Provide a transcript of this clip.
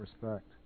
respect